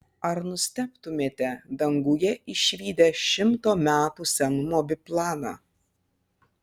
ar nustebtumėte danguje išvydę šimto metų senumo biplaną